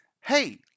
hey